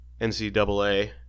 NCAA